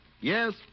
Yes